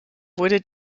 wurde